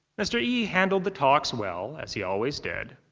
mr. yi handled the talks well, as he always did.